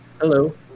Hello